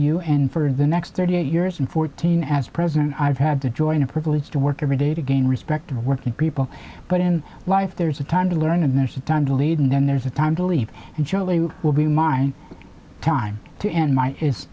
you and for the next thirty eight years and fourteen as president i've had to join a privilege to work every day to gain respect for working people but in life there is a time to learn and there's a time to lead and then there's a time to leap and charlie will be mine time to end my is